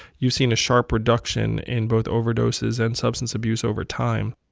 you've seen a sharp reduction in both overdoses and substance abuse over time